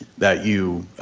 that you,